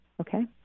Okay